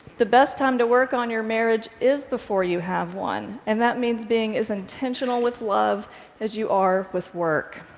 the best time to work on your marriage is before you have one, and that means being as intentional with love as you are with work.